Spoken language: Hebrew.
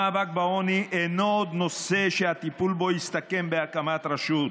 המאבק בעוני אינו עוד נושא שהטיפול בו יסתכם בהקמת רשות.